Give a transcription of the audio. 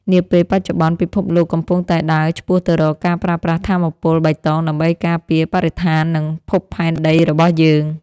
នាពេលបច្ចុប្បន្នពិភពលោកកំពុងតែដើរឆ្ពោះទៅរកការប្រើប្រាស់ថាមពលបៃតងដើម្បីការពារបរិស្ថាននិងភពផែនដីរបស់យើង។